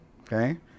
Okay